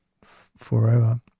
forever